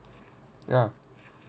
ya